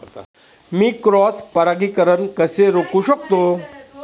मी cross परागीकरण कसे रोखू शकतो?